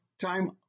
time